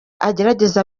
agerageze